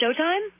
Showtime